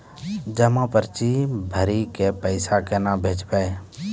जमा पर्ची भरी के पैसा केना भेजबे?